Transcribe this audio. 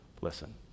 listen